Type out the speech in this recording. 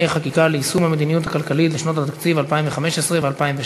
חקיקה ליישום המדיניות הכלכלית לשנות התקציב 2015 ו-2016),